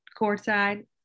courtside